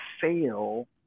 fail